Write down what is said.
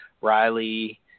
Riley